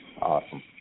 awesome